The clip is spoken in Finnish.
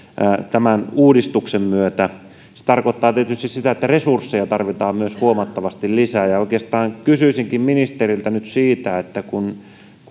tämän uudistuksen myötä se tarkoittaa tietysti sitä että resursseja tarvitaan myös huomattavasti lisää oikeastaan kysyisinkin ministeriltä nyt siitä että kun